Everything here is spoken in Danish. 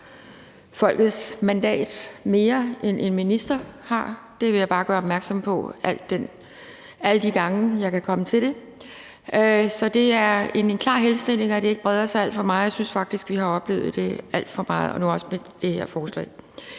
folkets mandat, mere end en minister har. Det vil jeg bare gøre opmærksom på alle de gange, jeg kan komme til det. Så det er en klar henstilling om, at det ikke breder sig alt for meget. Jeg synes faktisk, vi har oplevet det alt for meget – og nu også med det her forslag.